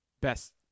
best